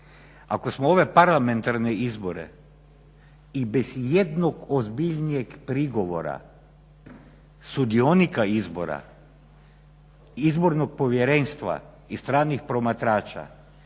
Ako smo ove parlamentarne izbore i bez ijednog ozbiljnijeg prigovora sudionika izbora, Izbornog povjerenstva i stranih promatrača